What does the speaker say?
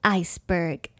iceberg